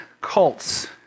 cults